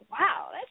wow